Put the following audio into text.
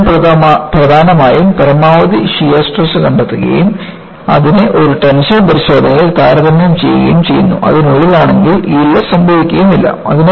അതിനാൽ ഞാൻ പ്രധാനമായും പരമാവധി ഷിയർ സ്ട്രെസ് കണ്ടെത്തുകയും അതിനെ ഒരു ടെൻഷൻ പരിശോധനയിൽ താരതമ്യം ചെയ്യുകയും ചെയ്യുന്നു അതിനുള്ളിലാണെങ്കിൽ യീൽഡ് സംഭവിക്കുകയുമില്ല